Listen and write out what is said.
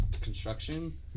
construction